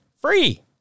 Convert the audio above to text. free